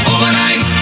Overnight